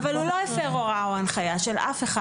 הטכנולוגי --- אבל הוא לא הפר הוראה או הנחיה של אף אחד.